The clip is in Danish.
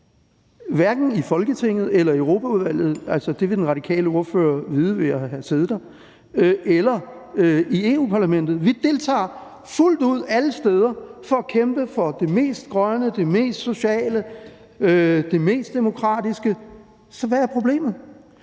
hverken i Folketinget eller i Europaudvalget – det ville den radikale ordfører vide ved at have siddet der – eller i Europa-Parlamentet. Vi deltager fuldt ud alle steder for at kæmpe for det mest grønne, det mest sociale, det mest demokratiske. Så hvad er problemet?